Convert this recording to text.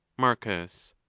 marcus.